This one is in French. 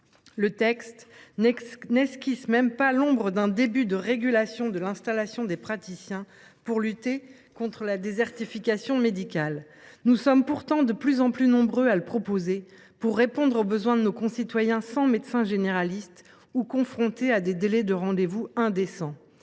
Le texte n’esquisse même pas l’ombre d’un début de régulation de l’installation des praticiens pour lutter contre la désertification médicale. Nous sommes pourtant de plus en plus nombreux à le proposer, pour répondre aux besoins de nos concitoyens sans médecins généralistes ou confrontés à des délais de rendez vous indécents.